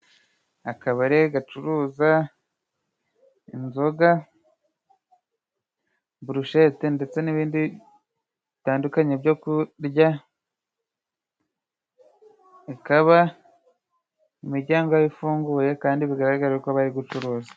Akabare gacuruza inzoga, burushete, ndetse n'ibindi bitandukanye byo kurya, ikaba imiryango ifunguye, kandi bigaragara ko bari gucuruza.